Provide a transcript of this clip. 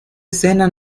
escena